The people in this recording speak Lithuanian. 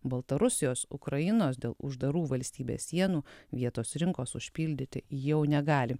baltarusijos ukrainos dėl uždarų valstybės sienų vietos rinkos užpildyti jau negali